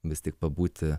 vis tik pabūti